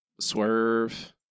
Swerve